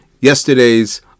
yesterday's